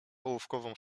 ołówkową